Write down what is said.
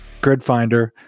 Gridfinder